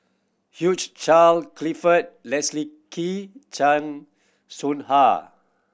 huge Charle Clifford Leslie Kee Chan Soh Ha